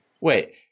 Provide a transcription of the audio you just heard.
Wait